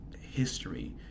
history